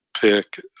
pick